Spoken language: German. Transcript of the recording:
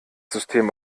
system